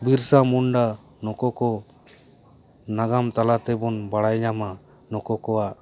ᱵᱤᱨᱥᱟ ᱢᱩᱱᱰᱟ ᱱᱩᱠᱩ ᱠᱚ ᱱᱟᱜᱟᱢ ᱛᱟᱞᱟ ᱛᱮᱵᱚᱱ ᱵᱟᱲᱟᱭ ᱧᱟᱢᱟ ᱱᱩᱠᱩ ᱠᱚᱣᱟᱜ